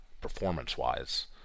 performance-wise